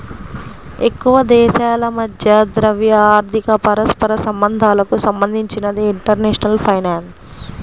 ఎక్కువదేశాల మధ్య ద్రవ్య, ఆర్థిక పరస్పర సంబంధాలకు సంబంధించినదే ఇంటర్నేషనల్ ఫైనాన్స్